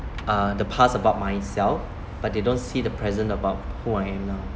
uh the past about myself but they don't see the present about who I am now